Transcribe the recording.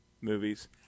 movies